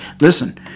Listen